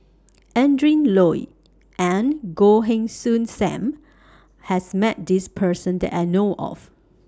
Adrin Loi and Goh Heng Soon SAM has Met This Person that I know of